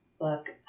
Look